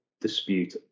dispute